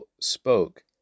spoke